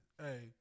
hey